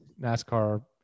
NASCAR